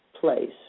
place